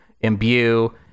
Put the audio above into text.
imbue